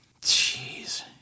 Jeez